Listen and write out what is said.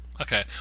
Okay